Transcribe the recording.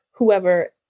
whoever